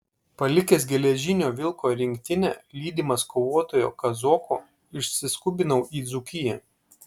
palikęs geležinio vilko rinktinę lydimas kovotojo kazoko išsiskubinau į dzūkiją